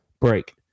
break